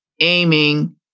aiming